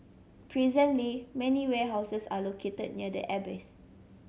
presently many warehouses are located near the airbase